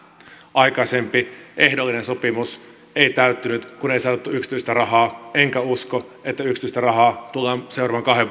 aikaisempi ehdollinen sopimus ei täyttynyt kun ei saatu yksityistä rahaa enkä usko että yksityistä rahaa tullaan seuraavan kahden